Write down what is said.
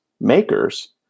makers